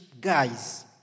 guys